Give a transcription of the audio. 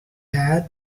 had